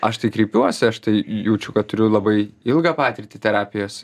aš tai kreipiuosi aš tai jaučiu kad turiu labai ilgą patirtį terapijos